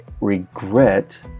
regret